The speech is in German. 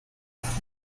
oft